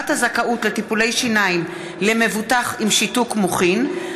הזכאות לטיפולי שיניים למבוטח עם שיתוק מוחין),